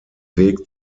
weg